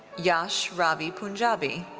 yash ravi punjabi.